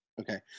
okay